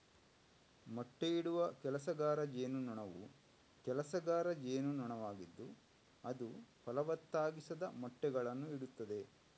ಮೊಟ್ಟೆಯಿಡುವ ಕೆಲಸಗಾರ ಜೇನುನೊಣವು ಕೆಲಸಗಾರ ಜೇನುನೊಣವಾಗಿದ್ದು ಅದು ಫಲವತ್ತಾಗಿಸದ ಮೊಟ್ಟೆಗಳನ್ನು ಇಡುತ್ತದೆ